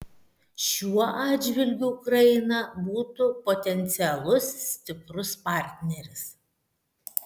šiuo atžvilgiu ukraina būtų potencialus stiprus partneris